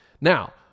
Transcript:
Now